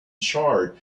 charred